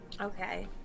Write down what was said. Okay